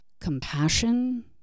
compassion